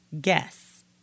guess